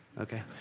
okay